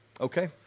Okay